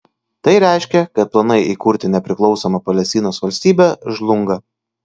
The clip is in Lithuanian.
tai reiškia kad planai įkurti nepriklausomą palestinos valstybę žlunga